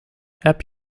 heb